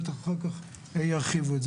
בטח אחר כך ירחיבו את זה.